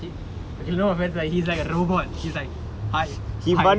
he okay no offence he's like a robot he's like hi hi